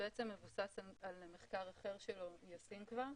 שבעצם מבוסס על מחקר אחר שלו שהוא ישים כבר,